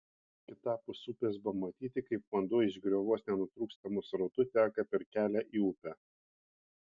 kitapus upės buvo matyti kaip vanduo iš griovos nenutrūkstamu srautu teka per kelią į upę